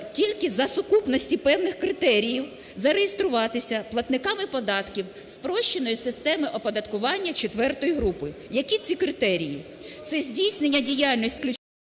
тільки за сукупності певних критеріїв зареєструватися платниками податків спрощеної системи оподаткування четвертої групи. Які це критерії? Це здійснення діяльності виключно